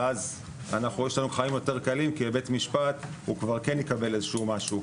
ואז יש לנו חיים יותר קלים כי בבית משפט הוא כבר כן יקבל איזשהו משהו.